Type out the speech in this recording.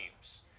teams